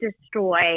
destroy